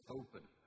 open